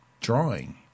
drawing